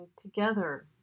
together